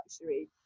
luxury